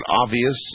obvious